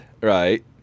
right